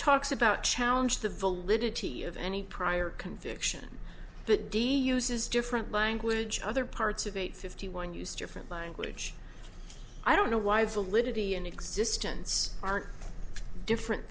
talks about challenge the village of any prior conviction but d d uses different language other parts of eight fifty one use different language i don't know why the solidity and existence aren't different